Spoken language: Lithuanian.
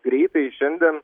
greitai šiandien